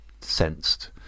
sensed